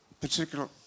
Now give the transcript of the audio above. particular